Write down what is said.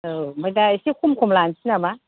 औ ओमफ्राय दा एसे खम खम लानसै नामा